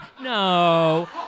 No